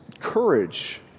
courage